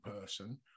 person